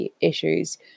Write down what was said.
issues